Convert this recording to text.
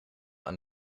aan